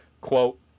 quote